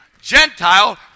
Gentile